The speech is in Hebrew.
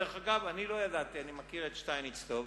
דרך אגב, אני לא ידעתי, אני מכיר את שטייניץ טוב,